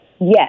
Yes